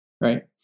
right